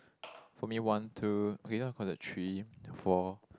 for me one two okay this one considered three four